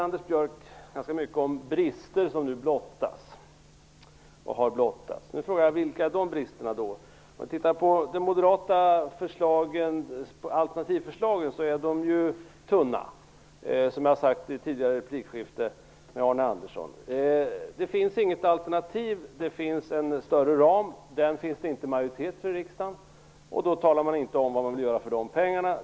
Anders Björck pratar här mycket om brister som nu blottas och har blottats. Vilka är då de bristerna? Som jag har sagt i ett tidigare replikskifte med Arne Andersson är de moderata alternativförslagen är tunna. Det finns inget alternativ. Det finns en större ram, som man inte har majoritet för i riksdagen. Man talar inte om vad man vill göra för de pengarna.